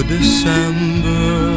December